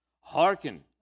Hearken